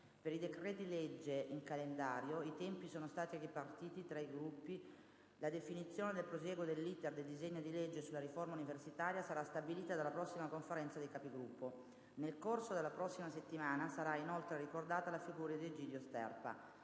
Per i decreti-legge in calendario i tempi sono stati ripartiti tra i Gruppi. La definizione del prosieguo dell'*iter* del disegno di legge sulla riforma universitaria sarà stabilita dalla prossima Conferenza dei Capigruppo. Nel corso della prossima settimana sarà inoltre ricordata la figura di Egidio Sterpa.